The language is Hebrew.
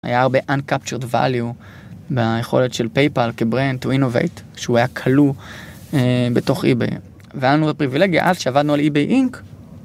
היה הרבה Uncaptured Value ביכולת של PayPal כ-Brand to Innovate שהוא היה כלוא בתוך eBay. והיה לנו את הפריבילגיה אז כשעבדנו על eBay Inc.